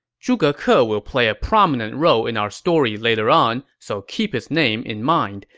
zhuge ke ah will play a prominent role in our story later on, so keep his name in mind.